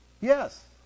Yes